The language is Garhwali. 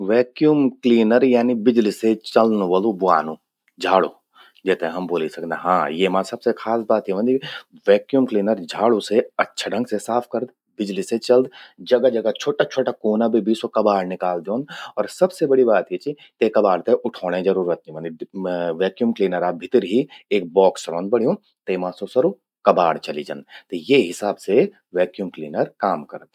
वैक्यूम क्लीनर यानि बिजलि से चल्ल वलु ब्वानु। झाड़ू जेते हम ब्वोलि सकदन। हां येमा सबसे खास बात क्या व्हंदि वैक्यूम क्लीनर झाड़ू से अच्छा ढंग से साफ करद। बिजली से चलद। जगा जगा छ्वोटा छ्वोटा क्वोना बे भी स्वो कबाड़ निकाल द्योंद। अर सबसे बड़ि बाद या चि कि ते कबाड़ ते उठौणे जरूरत नि व्हंदि। वैक्यूम क्लीनरा भितर ही एक बॉक्स रौंद बण्यूं। तेमा स्वो सरु कबाड़ चलि जंद। ये हिसाब से वैक्यूम क्लीनर काम करद।